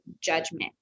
judgment